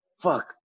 Fuck